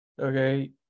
okay